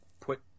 put